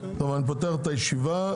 אני פותח את הישיבה.